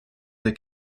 the